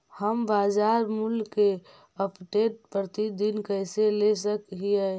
हम बाजार मूल्य के अपडेट, प्रतिदिन कैसे ले सक हिय?